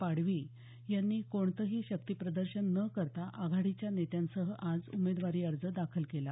पाडवी यांनी कोणतही शक्ती प्रदर्शन न करता आघाडीच्या नेत्यांसह आज उमेदवारी अर्ज दाखल केला